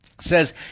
says